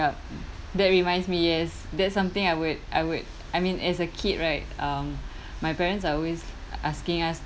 that reminds me yes that's something I would I would I mean as a kid right um my parents are always asking us